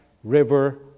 River